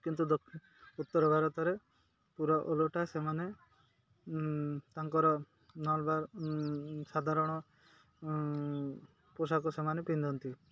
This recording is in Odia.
କିନ୍ତୁ ଉତ୍ତର ଭାରତରେ ପୁରା ଓଲଟା ସେମାନେ ତାଙ୍କର ନଲବାର୍ ସାଧାରଣ ପୋଷାକ ସେମାନେ ପିନ୍ଧନ୍ତି